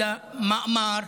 אלא מאמר,